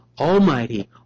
almighty